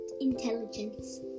intelligence